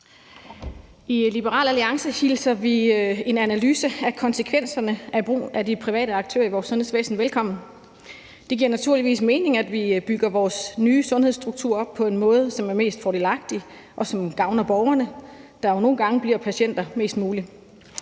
I Liberal Alliance hilser vi en analyse af konsekvenserne af brugen af de private aktører i vores sundhedsvæsen velkommen. Det giver naturligvis mening, at vi bygger vores nye sundhedsstruktur op på en måde, som er mest fordelagtig, og som gavner borgerne, der jo nogle gange bliver patienter, mest muligt.